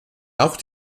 auch